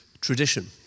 tradition